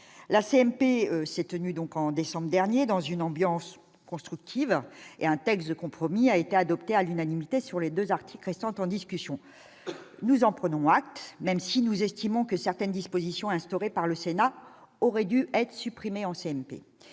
la CMP s'est tenue donc en décembre dernier dans une ambiance constructive et un texte de compromis a été adopté à l'unanimité sur les 2 articles restant en discussion, nous en prenons acte, même si nous estimons que certaines dispositions instaurées par le Sénat auraient dû être supprimés CMP,